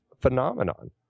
phenomenon